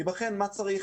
ייבחן מה צריך,